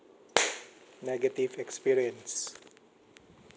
negative experience